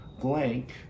blank